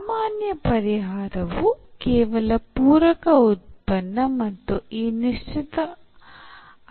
ಸಾಮಾನ್ಯ ಪರಿಹಾರವು ಕೇವಲ ಪೂರಕ ಉತ್ಪನ್ನ ಮತ್ತು ಈ ನಿಶ್ಚಿತ